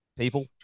people